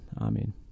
Amen